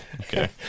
Okay